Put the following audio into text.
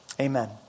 Amen